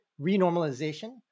renormalization